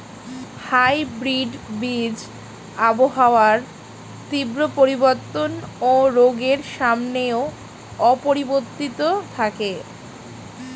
hybrid বীজ আবহাওয়ার তীব্র পরিবর্তন ও রোগের সামনেও অপরিবর্তিত থাকে